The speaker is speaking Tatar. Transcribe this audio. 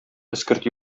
эскерт